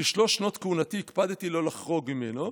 ובשלוש שנות כהונתי הקפדתי לא לחרוג ממנו.